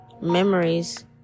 memories